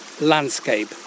landscape